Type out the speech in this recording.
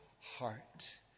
heart